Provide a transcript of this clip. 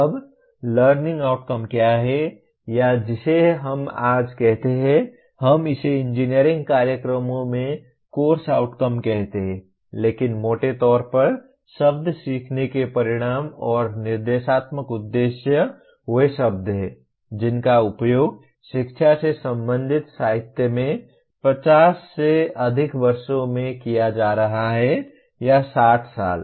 अब learning outcome क्या हैं या जिसे हम आज कहते हैं हम इसे इंजीनियरिंग कार्यक्रमों में कोर्स आउटकम कहते हैं लेकिन मोटे तौर पर शब्द सीखने के परिणाम और निर्देशात्मक उद्देश्य वे शब्द हैं जिनका उपयोग शिक्षा से संबंधित साहित्य में 50 से अधिक वर्षों से किया जा रहा है या 60 साल